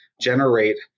generate